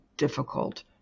difficult